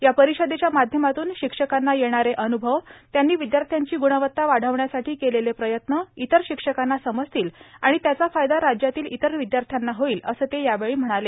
या परिषदेच्या माध्यमातून शिक्षकांना येणारे अनुभव त्यांनी विदयाथ्यांची गुणवता वाढवण्यासाठी केलेले प्रयत्न इतर शिक्षकांना समजतील आणि त्याचा फायदा राज्यातील इतर विद्याश्र्यांना होईल असं ते यावेळी म्हणाले